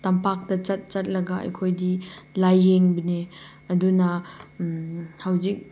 ꯇꯝꯄꯥꯛꯇ ꯆꯠ ꯆꯠꯂꯒ ꯑꯩꯈꯣꯏꯗꯤ ꯂꯥꯏꯌꯦꯡꯕꯅꯤ ꯑꯗꯨꯅ ꯍꯧꯖꯤꯛ